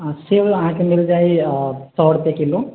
आओर सेब अहाँके मिल जाइ आओर सओ रुपैए किलो